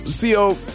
CO